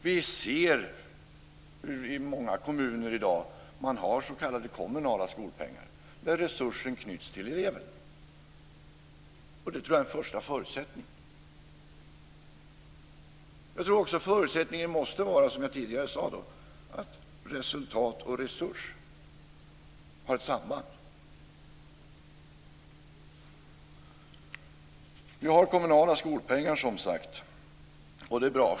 Vi ser i många kommuner i dag att man har s.k. kommunala skolpengar, där resursen knyts till eleven. Det tror jag är en första förutsättning. Jag tror, som jag tidigare sade, att förutsättningen måste vara att resultat och resurs har ett samband. Vi har kommunala skolpengar. Det är bra.